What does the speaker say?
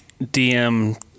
DM